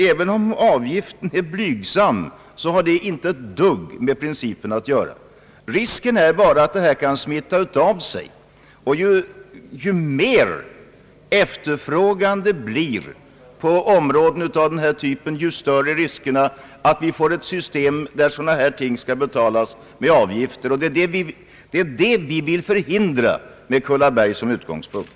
även om avgiften är blygsam, har detta inte ett dugg att göra med principen som sådan. Risken är bara att detta system kan smitta av sig. Ju större efterfrågan blir på områden av denna typ, ju större blir riskerna att vi får ett system som innebär att det skall tas ut avgifter för besök av sådana här platser. Det är detta vi vill förhindra — med Kullaberg som utgångspunkt.